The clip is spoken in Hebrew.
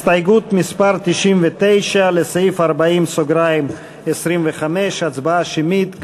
הסתייגות מס' 99 לסעיף 40(25) הצבעה שמית.